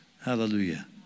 Hallelujah